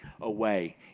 away